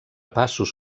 passos